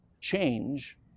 Change